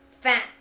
fat